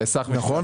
נכון.